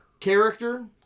Character